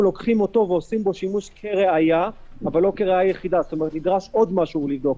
אנחנו נעשה שימוש רק בעדות הנוספת של ההפרה של אותו אדם שבא לבדוק